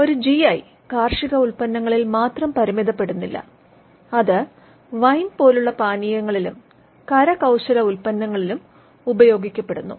ഒരു ജിഐ കാർഷിക ഉൽപ്പന്നങ്ങളിൽ മാത്രം പരിമിതപ്പെടുന്നില്ല അത് വൈൻ പോലുള്ള പാനീയങ്ങളിലും കരകൌശല ഉൽപ്പന്നങ്ങളിലും ഉപയോഗിക്കപ്പെടുന്നു